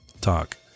talk